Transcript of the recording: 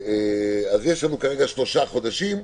יש לנו כרגע שלושה חודשים,